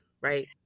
right